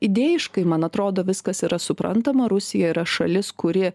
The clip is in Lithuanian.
idėjiškai man atrodo viskas yra suprantama rusija yra šalis kuri